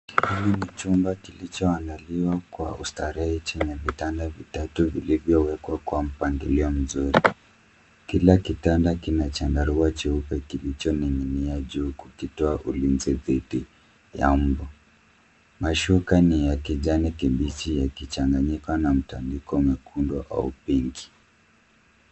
Hili ni jumba kilicho andaliwa kwa ustarehe jini ya vitanda vitatu vilivyowekwa kwa mpangilio mzuri kila kitanda kina chandarua jeupe kilicho ningini'nia juu kukitoa ulizinzi dhidi ya umbuu, mashuka ni ya kijani kibichi yakichanganyika mtandiko mwekundu au pink